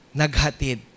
naghatid